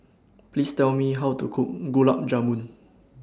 Please Tell Me How to Cook Gulab Jamun